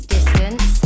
Distance